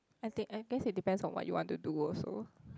I think I guess it depends on what you want to do also